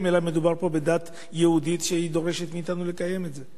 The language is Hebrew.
אלא מדובר פה בדת היהודית שדורשת מאתנו לקיים את זה.